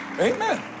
Amen